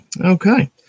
okay